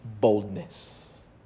boldness